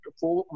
four